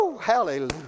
hallelujah